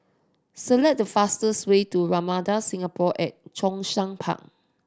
select the fastest way to Ramada Singapore at Zhongshan Park